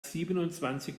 siebenundzwanzig